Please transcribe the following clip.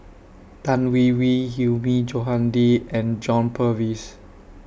Tan Hwee Hwee Hilmi Johandi and John Purvis